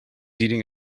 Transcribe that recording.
eating